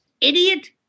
idiot